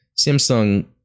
Samsung